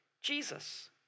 Jesus